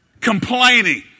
complaining